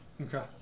Okay